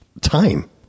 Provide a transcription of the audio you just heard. Time